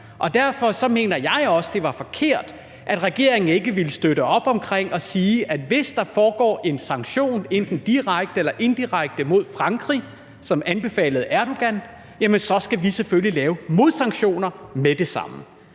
Derfor mener jeg også, at det var forkert, at regeringen ikke ville støtte op om at sige, at hvis der som anbefalet af Erdogan foregår sanktioner enten direkte eller indirekte mod Frankrig, skal vi selvfølgelig lave modsanktioner med det samme.